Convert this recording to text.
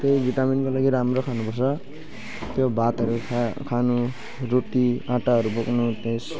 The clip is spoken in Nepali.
त्यही भिटामिनको लागि राम्रो खानुपर्छ त्यो भातहरू खानु रोटी आँटाहरू बोक्नु त्यस